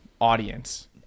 audience